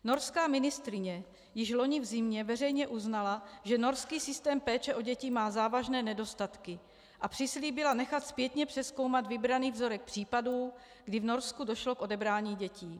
Norská ministryně již loni v zimě veřejně uznala, že norský systém péče o děti má závažné nedostatky a přislíbila nechat zpětně přezkoumat vybraný vzorek případů, kdy v Norsku došlo k odebrání dětí.